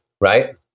Right